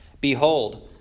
Behold